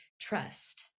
trust